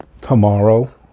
tomorrow